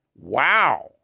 Wow